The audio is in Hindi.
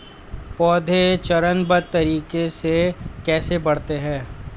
पौधे चरणबद्ध तरीके से कैसे बढ़ते हैं?